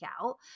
out